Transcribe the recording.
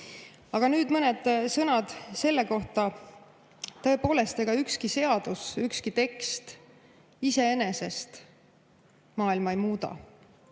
Aga nüüd mõned sõnad selle kohta. Tõepoolest, ega ükski seadus, ükski tekst iseenesest maailma ei muuda.